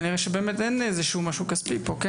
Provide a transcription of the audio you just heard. כנראה שבאמת אין איזשהו משהו כספי פה.